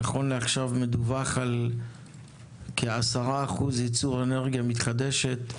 נכון לעכשיו מדווח על כ-10% ייצור אנרגיה מתחדשת,